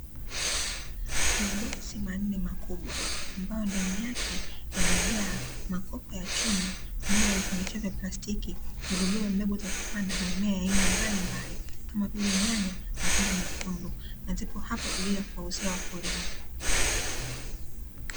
Maboksi manne makubwa ambayo ndani yake yamejaa makopo ya chuma pamoja na vifungashio vya plastiki vilivyobeba mbegu za kupanda za aina za mimea mbalimbali, kama vile: nyanya, matunda mekundu; na zipo hapo kwa ajili ya kuwauzia wakulima.